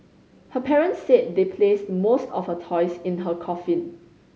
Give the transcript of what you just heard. her parents said they placed most of her toys in her coffin